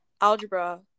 algebra